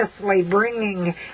bringing